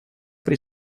при